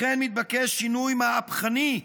לכן מתבקש שינוי מהפכני,